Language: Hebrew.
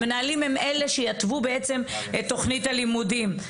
המנהלים הם אלה שיתוו בעצם את תוכנית הלימודים.